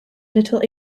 little